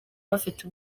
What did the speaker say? bafite